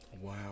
Wow